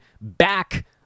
back